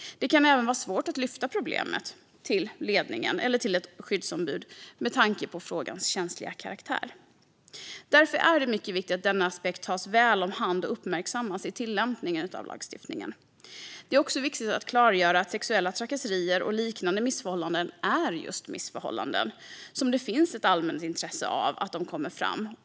Det kan även vara svårt att lyfta fram problemet till ledningen eller till ett skyddsombud med tanke på frågans känsliga karaktär. Därför är det mycket viktigt att denna aspekt tas väl om hand och uppmärksammas i tillämpningen av lagstiftningen. Det är också viktigt att klargöra att sexuella trakasserier och liknande missförhållanden är just missförhållanden och att det finns ett allmänt intresse av att de kommer fram.